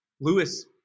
Lewis